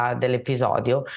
dell'episodio